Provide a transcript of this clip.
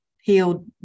healed